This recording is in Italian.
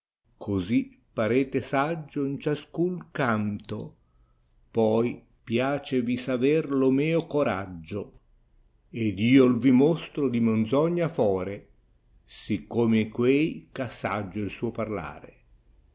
cosi parete saggio in ciascun canto poi piacevi sarer lo meo coraggio ed io m vi mostro di menzogna fore siccome quei eh ha saggio el soo parlare